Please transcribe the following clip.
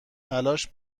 تلاش